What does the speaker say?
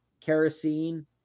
kerosene